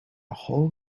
whole